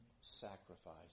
sacrifice